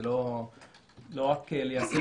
זה לא רק ליישם